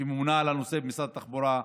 שממונה על הנושא במשרד התחבורה,